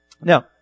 Now